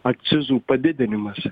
akcizų padidinimas